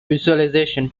visualization